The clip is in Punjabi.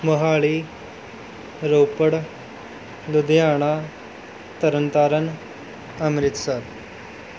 ਮੋਹਾਲੀ ਰੋਪੜ ਲੁਧਿਆਣਾ ਤਰਨਤਾਰਨ ਅੰਮ੍ਰਿਤਸਰ